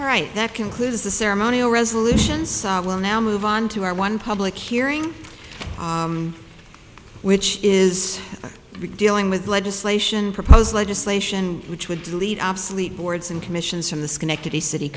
all right that concludes the ceremonial resolutions will now move on to our one public hearing which is dealing with legislation proposed legislation which would lead obsolete boards and commissions from the schenectady city